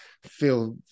feel